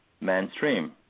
mainstream